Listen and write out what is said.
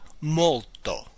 molto